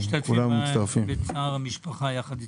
אנחנו משתתפים בצער המשפחה ביחד אתכם.